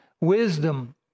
wisdom